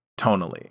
tonally